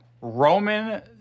Roman